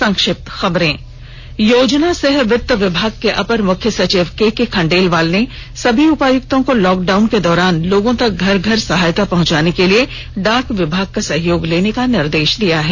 संक्षिप्त खबरें योजना सह वित्त विभाग के अपर मुख्य सचिव केके खंडेलवाल ने सभी उपायुक्तों को लॉकडाउन के दौरान लोगों तक घर घर सहायता पहुंचाने के लिए डाक विभाग का सहयोग लेने का निर्देष दिया है